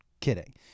kidding